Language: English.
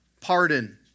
pardon